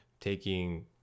taking